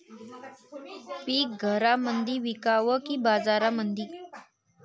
पीक घरामंदी विकावं की बाजारामंदी?